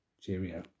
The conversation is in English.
cheerio